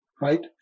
Right